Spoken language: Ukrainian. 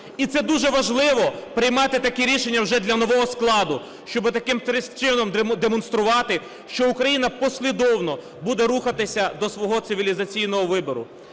І це дуже важливо – приймати такі рішення вже для нового складу. Щоб таким чином демонструвати, що Україна послідовно буде рухатися до свого цивілізаційного вибору.